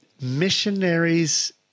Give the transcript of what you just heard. missionaries